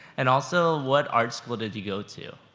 and also what art school did you go to?